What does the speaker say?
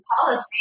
policy